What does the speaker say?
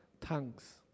tongues